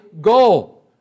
goal